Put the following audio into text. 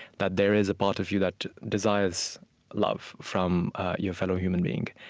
that there is a part of you that desires love from your fellow human being.